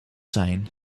zijn